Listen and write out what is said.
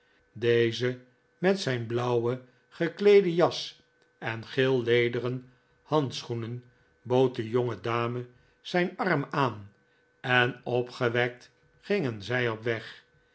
deze met zijn blauwe gekleede jas en geellederen handschoenen bood de jonge dame zijn arm aan en opgewekt gingen zij op weg